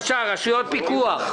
רשויות פיקוח.